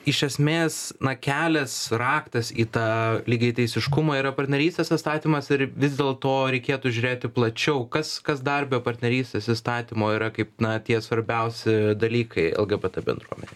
iš esmės na kelias raktas į tą lygiateisiškumą yra partnerystės įstatymas ar vis dėl to reikėtų žiūrėti plačiau kas kas dar be partnerystės įstatymo yra kaip na tie svarbiausi dalykai lgbt bendruomenei